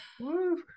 woo